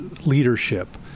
leadership